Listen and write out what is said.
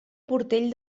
portell